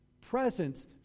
presence